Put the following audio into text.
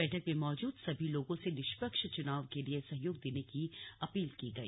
बैठक में मौजूद सभी लोगों से निष्पक्ष चुनाव के लिए सहयोग देने की अपील की गई